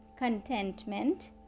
contentment